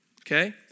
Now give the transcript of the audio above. Okay